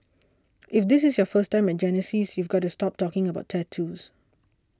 if this is your first time at Genesis you've got to stop talking about tattoos